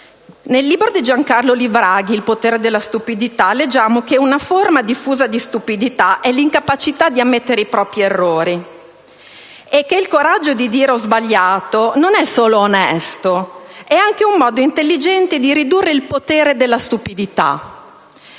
Nel libro di Giancarlo Livraghi «Il potere della stupidità», leggiamo che una forma diffusa di stupidità è l'incapacità di ammettere i propri errori e che il coraggio di dire «ho sbagliato» non è solo onesto, ma è anche un modo intelligente di ridurre il potere della stupidità.